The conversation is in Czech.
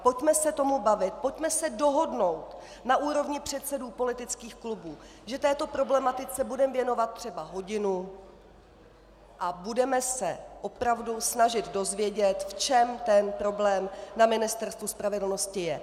Pojďme se k tomu bavit, pojďme se dohodnout na úrovni předsedů politických klubů, že této problematice budeme věnovat třeba hodinu a budeme se opravdu snažit dozvědět, v čem ten problém na Ministerstvu spravedlnosti je.